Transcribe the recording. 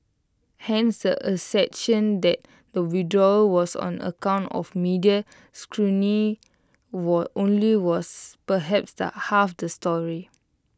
hence the assertion that the withdrawal was on account of media only was perhaps the half the story